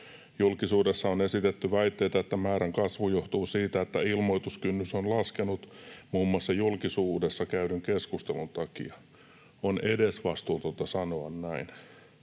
Julkisuudessa on esitetty väitteitä, että määrän kasvu johtuu siitä, että ilmoituskynnys on laskenut muun muassa julkisuudessa käydyn keskustelun takia. On edesvastuutonta sanoa näin.